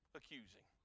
accusing